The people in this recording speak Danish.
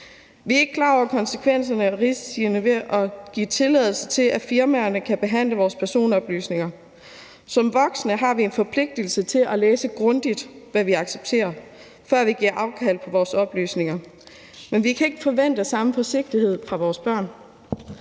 Vi er ikke klar over konsekvenserne og risiciene ved at give tilladelse til, at firmaerne kan behandle vores personoplysninger. Som voksne har vi en forpligtelse til at læse grundigt, hvad vi accepterer, før vi giver afkald på vores oplysninger. Men vi kan ikke forvente samme forsigtighed fra vores børn.